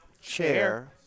Chair